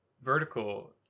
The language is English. vertical